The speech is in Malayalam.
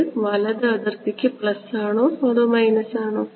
ഇത് വലതു അതിർത്തിക്ക് പ്ലസ് ആണോ അതോ മൈനസ് ആണോ